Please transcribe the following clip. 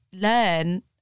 learn